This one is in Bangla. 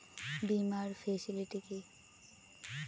বীমার ফেসিলিটি কি?